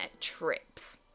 trips